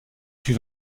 fut